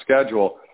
schedule